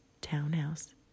townhouse